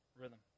rhythm